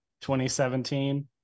2017